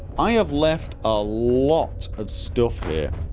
i have left a lot of stuff here